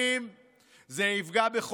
זה יפגע בדורות הבאים,